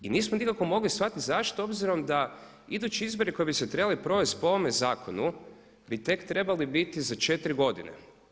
I nismo nikako mogli shvatiti zašto, obzirom da idući izbori koji bi se trebali provesti po ovome zakonu bi tek trebali biti za četiri godine.